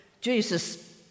Jesus